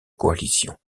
coalition